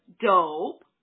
dope